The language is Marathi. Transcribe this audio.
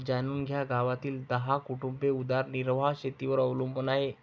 जाणून घ्या गावातील दहा कुटुंबे उदरनिर्वाह शेतीवर अवलंबून आहे